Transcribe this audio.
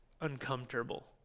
uncomfortable